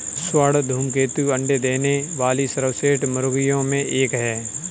स्वर्ण धूमकेतु अंडे देने वाली सर्वश्रेष्ठ मुर्गियों में एक है